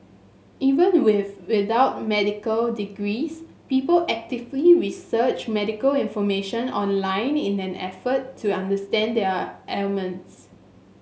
even with without medical degrees people actively research medical information online in an effort to understand their ailments